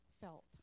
felt